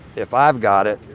if i've got it,